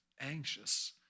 anxious